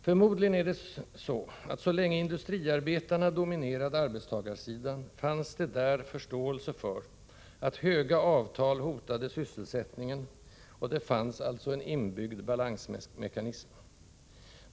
Förmodligen är det så att så länge industriarbetarna dominerade arbetstagarsidan fanns det där förståelse för att höga avtal hotade sysselsättningen, och det fanns alltså en inbyggd balansmekanism.